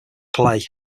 play